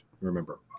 remember